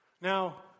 Now